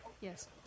Yes